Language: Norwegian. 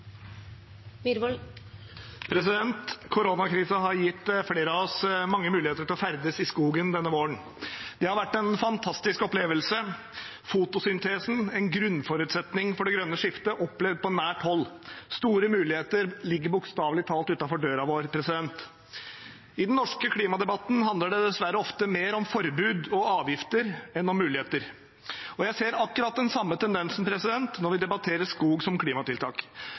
har gitt flere av oss mange muligheter til å ferdes i skogen denne våren. Det har vært en fantastisk opplevelse – fotosyntesen, en grunnforutsetning for det grønne skiftet, opplevd på nært hold. Store muligheter ligger bokstavelig talt utenfor døren vår. I den norske klimadebatten handler det dessverre ofte mer om forbud og avgifter enn om muligheter. Jeg ser akkurat den samme tendensen når vi debatterer skog som klimatiltak